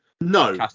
No